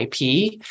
IP